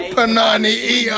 Panani